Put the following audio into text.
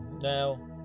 now